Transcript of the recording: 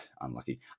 unlucky